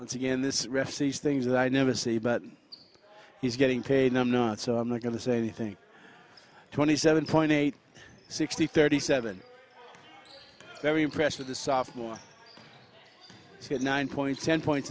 once again this receives things that i never see but he's getting paid i'm not so i'm not going to say anything twenty seven point eight sixty thirty seven very impressed with the sophomore at nine point seven points